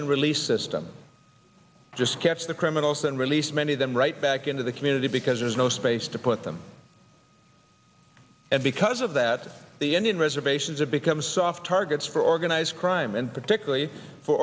and release system just catch the criminals and release many of them right back into the community because there's no space to put them and because of that the indian reservations have become soft targets for organized crime and particularly for